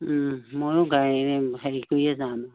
ময়ো গাড়ী হেৰি কৰিয়ে যাম